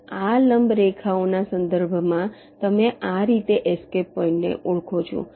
હવે આ લંબ રેખાઓના સંદર્ભમાં તમે આ રીતે એસ્કેપ પોઈન્ટને ઓળખો છો